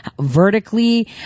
vertically